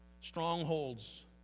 Strongholds